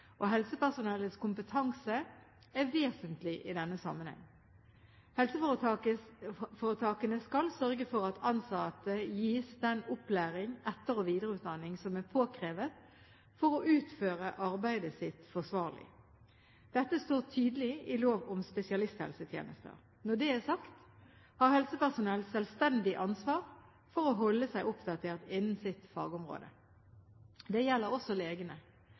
og helsepersonellets kompetanse er vesentlig i denne sammenheng. Helseforetakene skal sørge for at ansatte gis den opplæring, etter- og videreutdanning som er påkrevd for å utføre arbeidet sitt forsvarlig. Dette står tydelig i lov om spesialisthelsetjenester. Når det er sagt, har helsepersonell selvstendig ansvar for å holde seg oppdatert innen sitt fagområde. Det gjelder også legene.